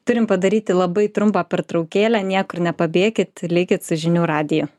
turim padaryti labai trumpą pertraukėlę niekur nepabėkit likit su žinių radiju